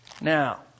Now